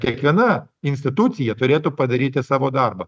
kiekviena institucija turėtų padaryti savo darbą